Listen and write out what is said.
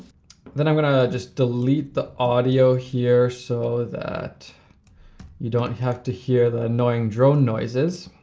then i'm gonna just delete the audio here so that you don't have to hear the annoying drone noises.